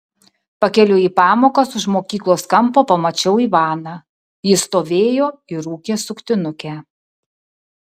pakeliui į pamokas už mokyklos kampo pamačiau ivaną jis stovėjo ir rūkė suktinukę